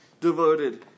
devoted